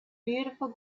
beautiful